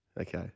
Okay